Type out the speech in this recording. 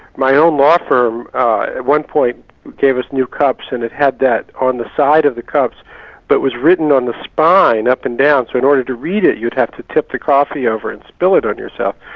my own law firm at one point gave us new cups and it had that on the side of the cups but was written on the spine up and down, so in order to read it, you'd have to tip the coffee over and spill it on yourself.